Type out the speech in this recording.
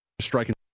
striking